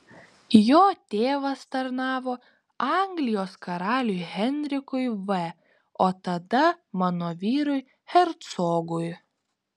jo tėvas tarnavo anglijos karaliui henrikui v o tada mano vyrui hercogui